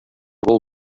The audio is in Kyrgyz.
гол